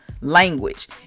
language